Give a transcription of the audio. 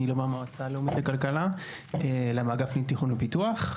אני לא מהמועצה הלאומית לכלכלה אלא מאגף תכנון ופיתוח.